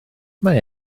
mae